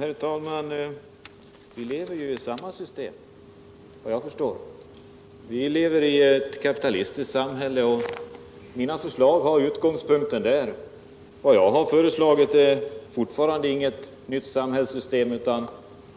Herr talman! Vi lever ju i samma system, såvitt jag förstår. Vi lever i ett kapitalistiskt samhälle, och mina förslag har utgångspunkten där. Vad jag har föreslagit är fortfarande inget nytt samhällssystem utan